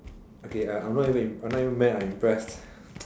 okay uh I'm not even I'm not even mad I'm impressed